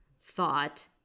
thought